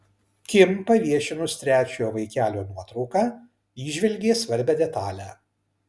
kim paviešinus trečiojo vaikelio nuotrauką įžvelgė svarbią detalę